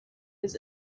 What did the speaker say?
his